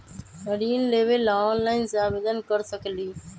ऋण लेवे ला ऑनलाइन से आवेदन कर सकली?